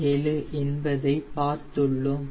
657 என்பதை பார்த்துள்ளோம்